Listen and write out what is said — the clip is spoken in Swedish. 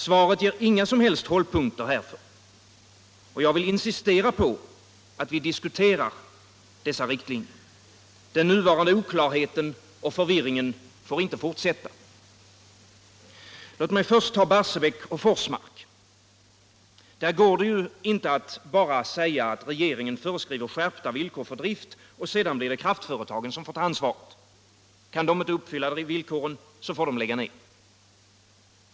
Svaret ger inga som helst hållpunkter härför. Jag vill insistera på att vi diskuterar dessa riktlinjer. Den nuvarande oklarheten och förvirringen får inie fortsätta. Låt mig först ta Barsebäck och Forsmark. Där går det ju inte att bara säga, att regeringen föreskriver skärpta villkor för drift, och sedan blir det kraftföretagen som får ta ansvaret. Kan de inte uppfvlla villkoren, får de lägga ner.